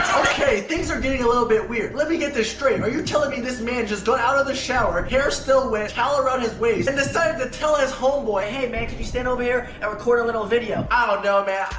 okay things are getting a little bit weird let me get this straight. are you telling me this man? just got out of the shower here still wet towel around his waist and decided to tell his homeboy hey, man, could you stand over here and record a little video? i don't know man.